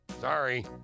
sorry